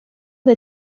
des